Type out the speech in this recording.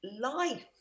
life